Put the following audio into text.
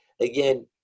again